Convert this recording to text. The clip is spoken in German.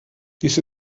dies